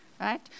right